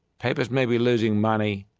papers may be losing money,